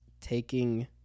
taking